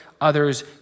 others